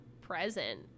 present